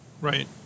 Right